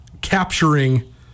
capturing